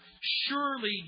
Surely